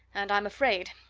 and i'm afraid,